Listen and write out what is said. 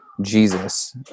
Jesus